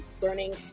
learning